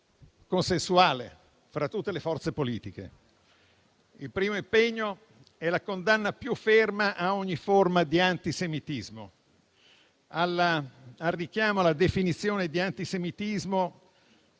consensuale fra tutte le forze politiche. Il primo impegno è la più ferma condanna a ogni forma di antisemitismo e di richiamo alla definizione di antisemitismo